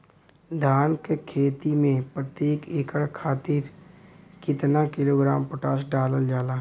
धान क खेती में प्रत्येक एकड़ खातिर कितना किलोग्राम पोटाश डालल जाला?